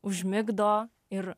užmigdo ir